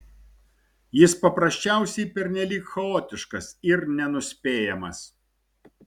jis paprasčiausiai pernelyg chaotiškas ir nenuspėjamas